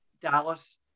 Dallas